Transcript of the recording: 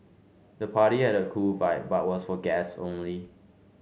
the party had a cool vibe but was for guests only